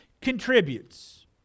contributes